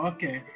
Okay